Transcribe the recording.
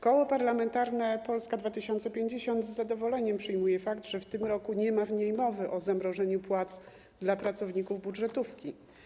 Koło Parlamentarne Polska 2050 z zadowoleniem przyjmuje fakt, że w tym roku nie ma w niej mowy o zamrożeniu płac dla pracowników budżetówki.